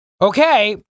okay